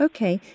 Okay